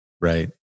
Right